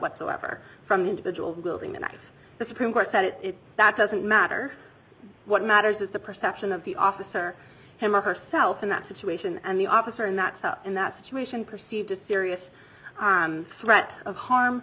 whatsoever from the individual building and the supreme court said it that doesn't matter what matters is the perception of the officer him or herself in that situation and the officer in that so in that situation perceived a serious threat of harm